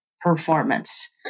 performance